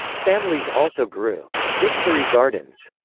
families also grew victory gardens,